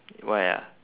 why ah